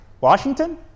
washington